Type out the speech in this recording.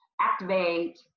activate